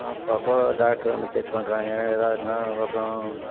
அப்போ அப்போ டாக்டரு வந்து செக் பண்ணுறாங்க எதாக இருந்தாலும் அதுக்கப்புறோம்